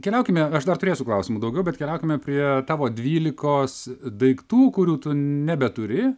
keliaukime aš dar turėsiu klausimų daugiau bet keliaukime prie tavo dvylikos daiktų kurių tu nebeturi